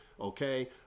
Okay